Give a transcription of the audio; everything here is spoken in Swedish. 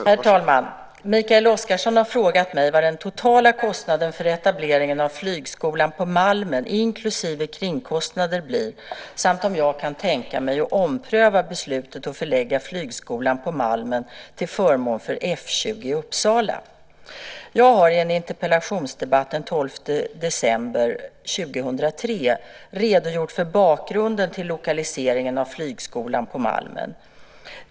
Herr talman! Mikael Oscarsson har frågat mig vad den totala kostnaden för etableringen av flygskolan på Malmen inklusive kringkostnader blir samt om jag kan tänka mig att ompröva beslutet att förlägga flygskolan på Malmen till förmån för F 20 i Uppsala. Jag har i en interpellationsdebatt den 12 december 2003 redogjort för bakgrunden till lokaliseringen av flygskolan på Malmen.